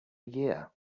year